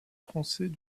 français